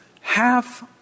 Half